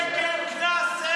500 שקל קנס.